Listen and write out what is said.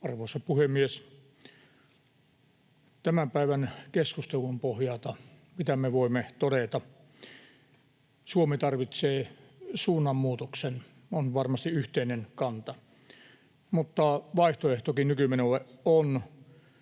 voimme tämän päivän keskustelun pohjalta todeta? Se, että Suomi tarvitsee suunnanmuutoksen, on varmasti yhteinen kanta, mutta vaihtoehtokin nykymenolle